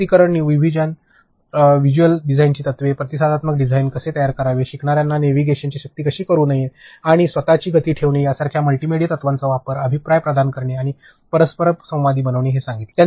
वैयक्तिकरण विभाजन व्हिज्युअल डिझाइनची तत्त्वे प्रतिसादात्मक डिझाइन कसे तयार करावे शिकणार्यावर नेव्हिगेशनची सक्ती कशी करु नये आणि स्वतची गती ठेवणे यासारख्या मल्टीमीडिया तत्त्वांचा वापर अभिप्राय प्रदान करणे आणि परस्परसंवादी बनविणे हे सांगितले